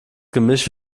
gemisch